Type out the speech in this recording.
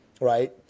right